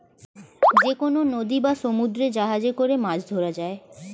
যেকনো নদী বা সমুদ্রে জাহাজে করে মাছ ধরা হয়